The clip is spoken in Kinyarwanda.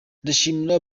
ndashimira